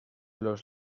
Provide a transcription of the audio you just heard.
los